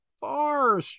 far